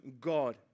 God